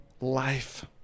life